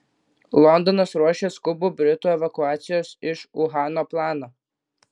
londonas ruošia skubų britų evakuacijos iš uhano planą